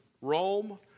Rome